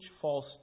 false